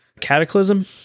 Cataclysm